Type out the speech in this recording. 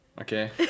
okay